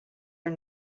are